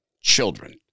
children